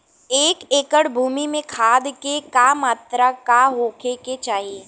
एक एकड़ भूमि में खाद के का मात्रा का होखे के चाही?